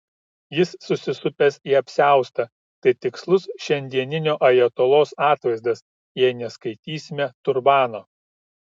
jis susisupęs į apsiaustą tai tikslus šiandieninio ajatolos atvaizdas jei neskaitysime turbano